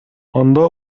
анда